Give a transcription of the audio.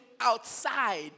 outside